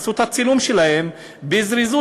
יעשו את הצילום שלהם בזריזות,